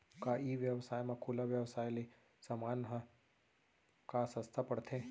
का ई व्यवसाय म खुला व्यवसाय ले समान ह का सस्ता पढ़थे?